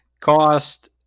cost